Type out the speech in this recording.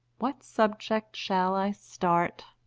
what subject shall i start?